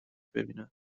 ببینن